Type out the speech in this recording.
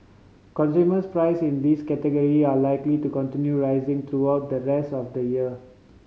consumers price in these category are likely to continue rising throughout the rest of the year